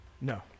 No